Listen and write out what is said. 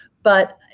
but